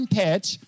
pitch